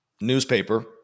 newspaper